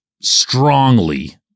strongly